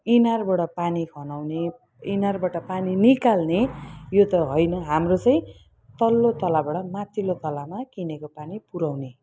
इनारबाट पानी खन्याउने इनारबाट पानी निकाल्ने यो त होइन हाम्रो चाहिँ तल्लो तलाबाट माथिल्लो तलामा किनेको पानी पुऱ्याउने